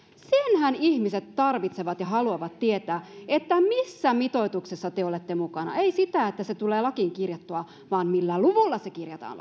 senhän ihmiset tarvitsevat ja haluavat tietää että missä mitoituksessa te olette mukana ei sitä että se tulee lakiin kirjattua vaan millä luvulla se kirjataan